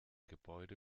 gebäude